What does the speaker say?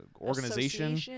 organization